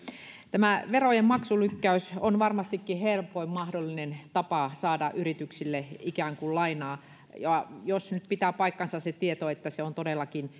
tämä verojen maksulykkäys on varmastikin helpoin mahdollinen tapa saada yrityksille ikään kuin lainaa ja jos nyt pitää paikkansa se tieto että se on todellakin